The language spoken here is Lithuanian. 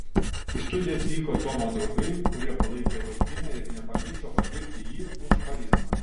į studiją atvyko tomo draugai kurie palaikė vaikiną ir nepamiršo pagirti jį už charizmą